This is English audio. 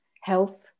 health